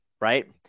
right